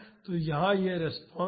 तो यहाँ यह रिस्पांस है